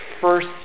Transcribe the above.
first